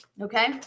Okay